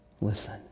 Listen